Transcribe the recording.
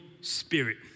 spirit